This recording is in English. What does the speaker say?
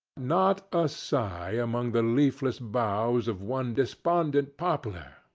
not a sigh among the leafless boughs of one despondent poplar,